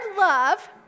love